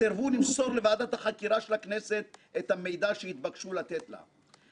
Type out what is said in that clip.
סירבו למסור לוועדת החקירה של הכנסת את המידע שהתבקשו לתת לה.